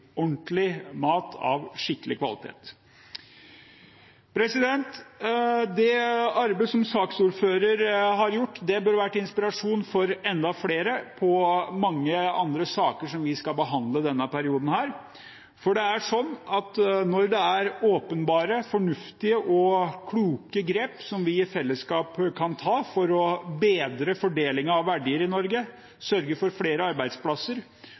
ordentlig mat av skikkelig kvalitet. Det arbeidet som saksordføreren har gjort, bør være til inspirasjon for enda flere i mange andre saker som vi skal behandle i denne perioden, for når det er åpenbare, fornuftige og kloke grep som vi i fellesskap kan ta for å bedre fordelingen av verdier i Norge, sørge for flere arbeidsplasser